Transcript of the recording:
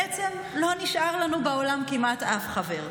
בעצם לא נשאר לנו בעולם כמעט אף חבר.